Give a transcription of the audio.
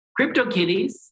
CryptoKitties